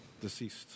Deceased